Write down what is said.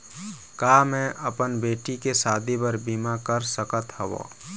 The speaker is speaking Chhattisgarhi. का मैं अपन बेटी के शादी बर बीमा कर सकत हव?